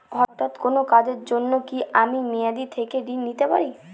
হঠাৎ কোন কাজের জন্য কি আমি মেয়াদী থেকে ঋণ নিতে পারি?